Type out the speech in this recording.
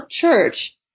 Church